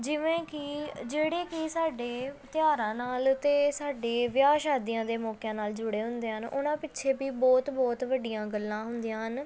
ਜਿਵੇਂ ਕਿ ਜਿਹੜੇ ਕਿ ਸਾਡੇ ਤਿਉਹਾਰਾਂ ਨਾਲ ਅਤੇ ਸਾਡੇ ਵਿਆਹ ਸ਼ਾਦੀਆਂ ਦੇ ਮੌਕਿਆਂ ਨਾਲ ਜੁੜੇ ਹੁੰਦੇ ਹਨ ਉਨ੍ਹਾਂ ਪਿੱਛੇ ਵੀ ਬਹੁਤ ਬਹੁਤ ਵੱਡੀਆਂ ਗੱਲਾਂ ਹੁੰਦੀਆਂ ਹਨ